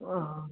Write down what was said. व हाँ